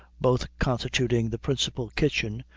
both constituting the principal kitchen,